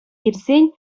илсен